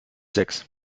sechs